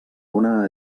una